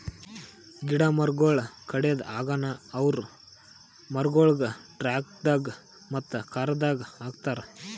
ಗಿಡ ಮರಗೊಳ್ ಕಡೆದ್ ಆಗನ ಅವು ಮರಗೊಳಿಗ್ ಟ್ರಕ್ದಾಗ್ ಮತ್ತ ಕಾರದಾಗ್ ಹಾಕತಾರ್